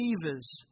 believers